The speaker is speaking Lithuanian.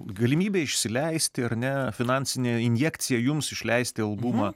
galimybė išsileisti ar ne finansinė injekcija jums išleisti albumą